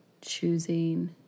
choosing